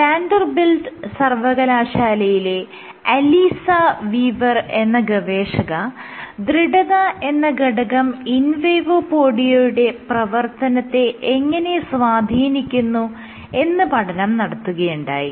Vanderbilt സർവകലാശാലയിലെ Alyssa Weaver എന്ന ഗവേഷക ദൃഢത എന്ന ഘടകം ഇൻവേഡോപോഡിയയുടെ പ്രവർത്തനത്തെ എങ്ങനെ സ്വാധീനിക്കുന്നു എന്ന് പഠനം നടത്തുകയുണ്ടായി